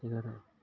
সেইদৰে